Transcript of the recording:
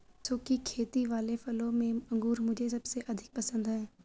सुखी खेती वाले फलों में अंगूर मुझे सबसे अधिक पसंद है